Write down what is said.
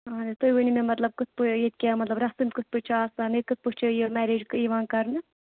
تُہۍ ؤنِو مےٚ مطلب کِتھ پٲٹھۍ ییٚتہِ کیاہ مطلب رَسٕم کِتھ پٲٹھۍ چھِ آسان ییٚتہِ کِتھ پٲٹھۍ چھِ یہِ میریج یِوان کَرنہٕ